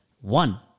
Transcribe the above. One